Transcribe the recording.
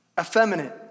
Effeminate